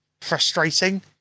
frustrating